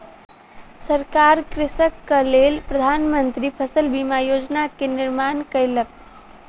सरकार कृषकक लेल प्रधान मंत्री फसल बीमा योजना के निर्माण कयलक